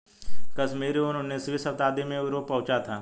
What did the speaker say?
कश्मीरी ऊन उनीसवीं शताब्दी में यूरोप पहुंचा था